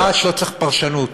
ממש לא צריך פרשנות.